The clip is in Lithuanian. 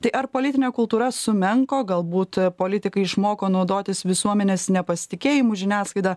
tai ar politinė kultūra sumenko galbūt politikai išmoko naudotis visuomenės nepasitikėjimu žiniasklaida